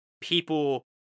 people